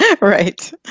Right